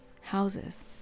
houses